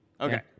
Okay